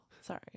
Sorry